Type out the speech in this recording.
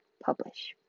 publish